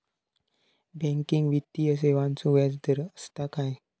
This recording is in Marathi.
बँकिंग वित्तीय सेवाचो व्याजदर असता काय?